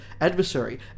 adversary